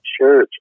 church